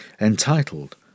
entitled